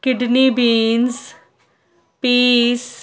kidney beans peace